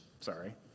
sorry